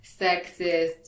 sexist